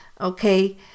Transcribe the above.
okay